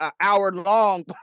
hour-long